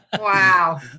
wow